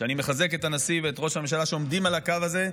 ואני מחזק את הנשיא ואת ראש הממשלה שעומדים על הקו הזה,